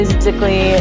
Physically